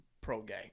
pro-gay